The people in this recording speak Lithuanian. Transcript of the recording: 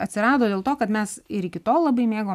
atsirado dėl to kad mes ir iki tol labai mėgom